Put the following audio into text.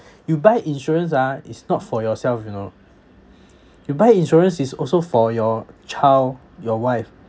you buy insurance ah is not for yourself you know you buy insurance is also for your child your wife